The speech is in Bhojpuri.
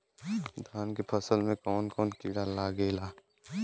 धान के फसल मे कवन कवन कीड़ा लागेला?